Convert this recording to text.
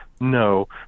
no